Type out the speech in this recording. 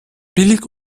billig